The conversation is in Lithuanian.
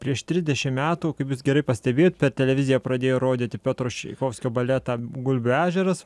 prieš trisdešimt metų kaip jūs gerai pastebėjot per televiziją pradėjo rodyti piotro čaikovskio baletą gulbių ežeras